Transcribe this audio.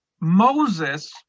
moses